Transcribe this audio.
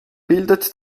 bildet